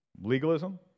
Legalism